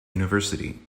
university